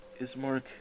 Ismark